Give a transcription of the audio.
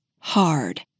hard